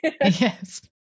Yes